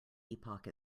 epoch